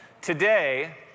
Today